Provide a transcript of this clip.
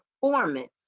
performance